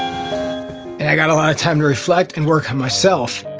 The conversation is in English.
and i got a lot of time to reflect and work on myself.